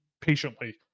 patiently